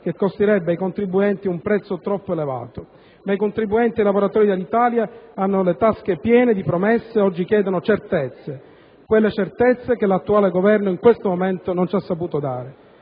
che costerebbe ai contribuenti un prezzo troppo alto. Ma i contribuenti ed i lavoratori di Alitalia hanno le tasche piene di promesse: oggi chiedono certezze, quelle certezze che l'attuale Governo, in questo momento, non ha saputo dare.